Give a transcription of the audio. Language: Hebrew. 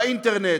באינטרנט,